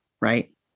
right